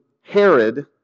Herod